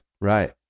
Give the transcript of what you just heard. Right